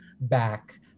back